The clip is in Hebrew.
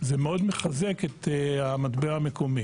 זה מאוד מחזק את המטבע המקומי